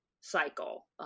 cycle